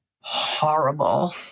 horrible